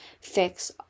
fix